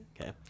Okay